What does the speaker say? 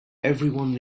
everyone